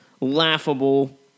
laughable